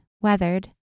weathered